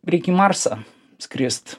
lyg į marsą skrist